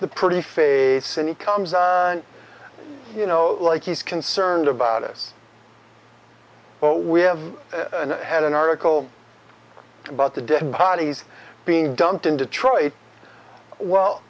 the pretty face and he comes you know like he's concerned about us or we have had an article about the dead bodies being dumped in detroit well